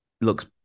looks